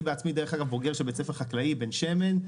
אני בעצמי בוגר של בית ספר חקלאי בן שמן,